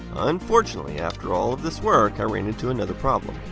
unfortunately, after all of this work, i ran into another problem.